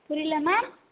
புரியல மேம்